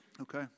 Okay